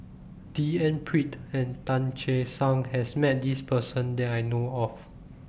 D N Pritt and Tan Che Sang has Met This Person that I know of